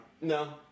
No